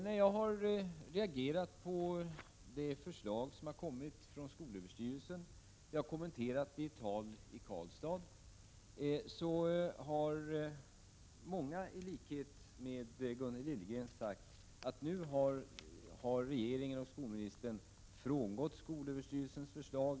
När jag reagerat på det förslag som kommit från skolöverstyrelsen — jag har t.ex. kommenterat det i ett tal i Karlstad — har många i likhet med Gunnel Liljegren sagt att regeringen och skolministern frångått skolöverstyrelsens förslag.